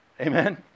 Amen